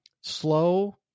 slow